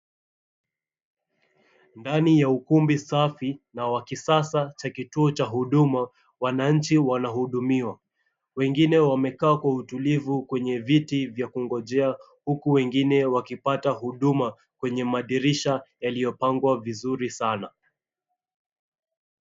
Ndani ya ukumbi safi na wa kisasa cha kituo cha huduma wananchi wanahudumiwa. Wengine wamekaa kwa utuivu kwenye viti vya kungojea huku wengine wakipata huduma kwenye madirisha yalipangwa vizuri sana.